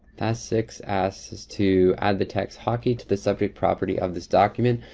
task six asks us to add the test hockey to the subject property of this document.